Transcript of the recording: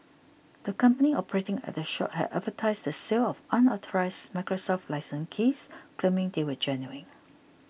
the company operating at the shop had advertised the sale of unauthorised Microsoft licence keys claiming they were genuine